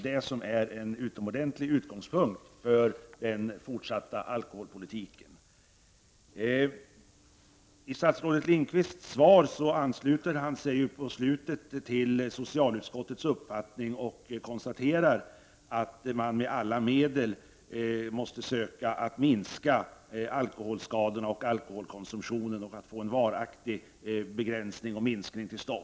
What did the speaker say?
Det är en utomordentlig utgångspunkt för den fortsatta alkoholpolitiken. I slutet av sitt svar ansluter sig statsrådet Lindqvist till socialutskottets uppfattning och konstaterar att man med alla medel måste söka minska alkoholskadorna och alkoholkonsumtionen och få till stånd en varaktig begränsning.